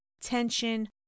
tension